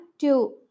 two